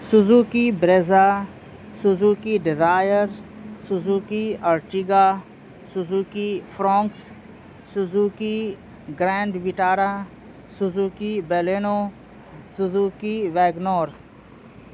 Suzuki Brezza Suzuki Dzire Suzuki Ertiga Suzuki Fronx Suzuki Grand Vitara Suzuki Baleno Suzuki Wagon are